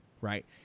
right